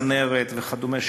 צנרת וכדומה,